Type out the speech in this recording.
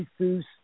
Jesus